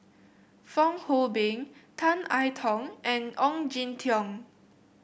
Fong Hoe Beng Tan I Tong and Ong Jin Teong